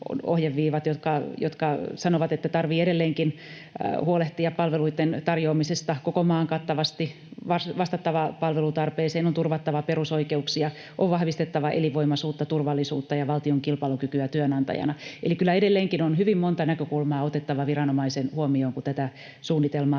jotka sanovat, että tarvitsee edelleenkin huolehtia palveluitten tarjoamisesta koko maan kattavasti, on vastattava palvelutarpeeseen, on turvattava perusoikeuksia, on vahvistettava elinvoimaisuutta, turvallisuutta ja valtion kilpailukykyä työnantajana. Eli kyllä edelleenkin on hyvin monta näkökulmaa otettava viranomaisen huomioon, kun tätä suunnitelmaa